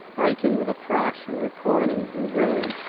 breaking with a crash, and recoiling in ruin.